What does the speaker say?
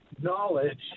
knowledge